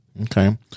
okay